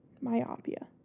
myopia